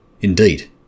Indeed